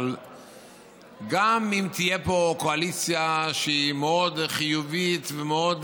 אבל גם אם תהיה פה קואליציה שהיא מאוד חיובית ומאוד